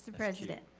president.